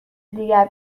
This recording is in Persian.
دیگر